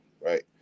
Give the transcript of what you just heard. right